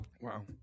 Wow